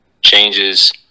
changes